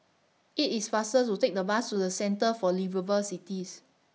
IT IS faster to Take The Bus to The Centre For Liveable Cities